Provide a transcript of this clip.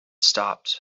stopped